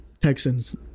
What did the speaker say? Texans